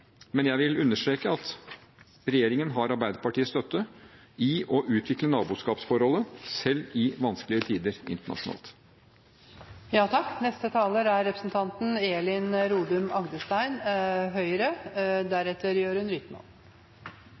Jeg vil understreke at regjeringen har Arbeiderpartiets støtte i å utvikle naboskapsforholdet, selv i vanskelige tider internasjonalt. Først en takk